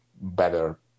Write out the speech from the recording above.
better